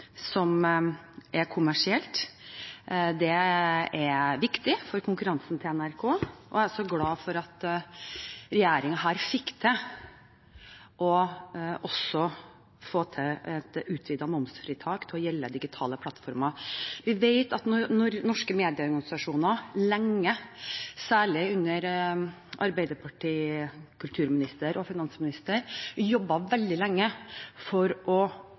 som er kommersielt. Det er viktig for konkurransen til NRK, og jeg er glad for at regjeringen fikk utvidet momsfritaket til å gjelde de digitale plattformene. Vi vet at norske medieorganisasjoner, særlig under Arbeiderpartiets kulturminister og finansminister, jobbet veldig lenge for å